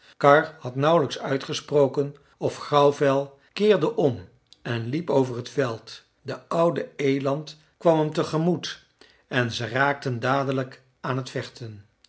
karr had nauwlijks uitgesproken of grauwvel keerde om en liep over het veld de oude eland kwam hem tegemoet en ze raakten dadelijk aan het vechten